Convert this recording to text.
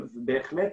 בהחלט